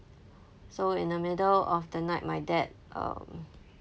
so in the middle of the night my dad um